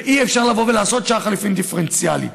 ואי-אפשר לבוא ולעשות שער חליפין דיפרנציאלי.